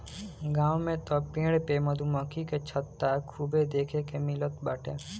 गांव में तअ पेड़ पे मधुमक्खी के छत्ता खूबे देखे के मिलत बाटे